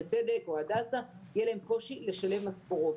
צדק או הדסה יהיה קושי לשלם משכורות.